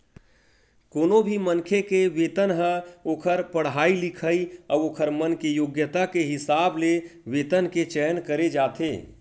कोनो भी मनखे के वेतन ह ओखर पड़हाई लिखई अउ ओखर मन के योग्यता के हिसाब ले वेतन के चयन करे जाथे